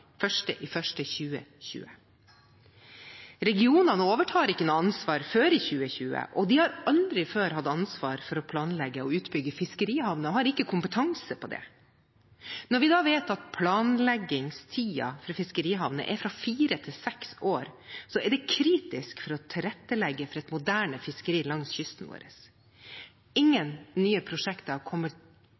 2020. Regionene overtar ikke noe ansvar før i 2020, og de har aldri før hatt ansvar for å planlegge og utbygge fiskerihavner og har ikke kompetanse på det. Når vi vet at planleggingstiden for fiskerihavner er fra fire til seks år, er dette kritisk for å tilrettelegge for et moderne fiskeri langs kysten vår. Ingen nye prosjekter